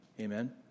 Amen